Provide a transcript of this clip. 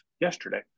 yesterday